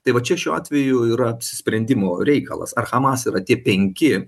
tai va čia šiuo atveju yra apsisprendimo reikalas ar hamas yra tie penki